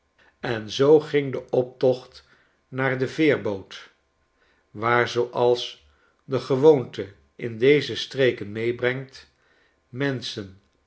en zoo ging de optocht naar de veerboot waar zooals de gewoonte in deze streken meebrengt menschen